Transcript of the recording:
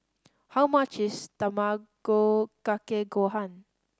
how much is Tamago Kake Gohan